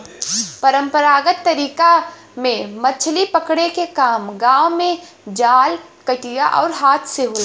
परंपरागत तरीका में मछरी पकड़े के काम गांव में जाल, कटिया आउर हाथ से होला